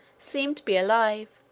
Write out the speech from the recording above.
seemed to be alive,